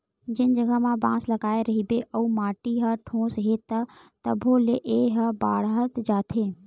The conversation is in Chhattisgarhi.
जेन जघा म बांस लगाए रहिबे अउ माटी म ठोस हे त तभो ले ए ह बाड़हत जाथे